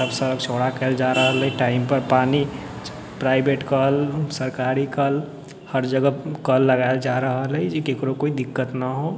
सब सड़क चौड़ा कयल जा रहल हइ टाइमपर पानि प्राइवेट कल सरकारी कल हर जगह कल लगायल जा रहल हइ की ककरो कोइ दिक्कत नहि हो